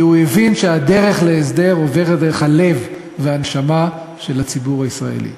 כי הוא הבין שהדרך להסדר עוברת דרך הלב והנשמה של הציבור הישראלי,